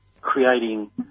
creating